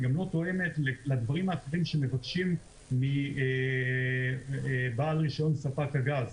והיא גם לא תואמת לדברים האחרים שמבקשים מבעל רישיון ספק הגז.